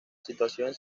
situación